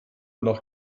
nach